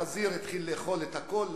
החזיר התחיל לאכול את הכול,